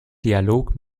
dialog